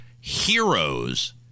heroes